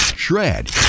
shred